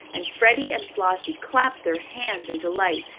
and freddie and flossie clapped their hands in delight.